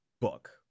book